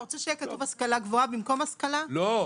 מה,